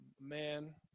Man